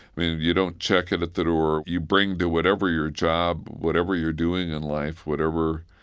mean, you don't check it at the door. you bring to whatever your job, whatever you're doing in life, whatever,